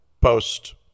post